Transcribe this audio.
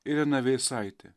irena veisaitė